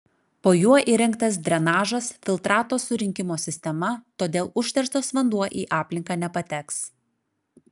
po juo įrengtas drenažas filtrato surinkimo sistema todėl užterštas vanduo į aplinką nepateks